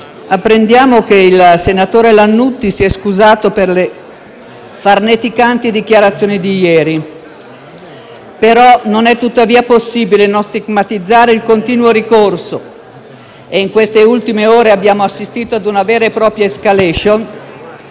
apprendiamo che il senatore Lannutti si è scusato per le farneticanti dichiarazioni di ieri. Non è tuttavia possibile non stigmatizzare il continuo ricorso - e in queste ultime ore abbiamo assistito ad una vera e propria *escalation*